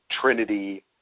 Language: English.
Trinity